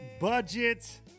Budget